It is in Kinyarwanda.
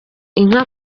inka